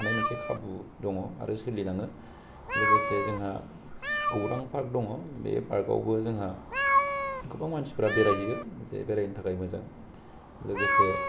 हानाय मोनसे खाबु दङ आरो सोलिलाङो लोगोसे जोंहा गौरां फार्क दङ बे फार्क आवबो जोंहा गोबां मानसि फोरा बेराय हैयो एसे बेरायनो थाखाय मोजां लोगोसे